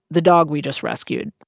the dog we just rescued,